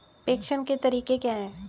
प्रेषण के तरीके क्या हैं?